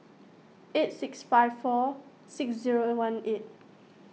eight six five four six zero one eight